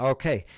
Okay